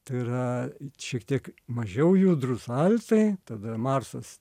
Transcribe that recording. tai yra šiek tiek mažiau judrūs valsai tada marsas